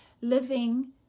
living